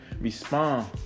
respond